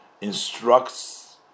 instructs